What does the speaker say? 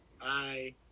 Bye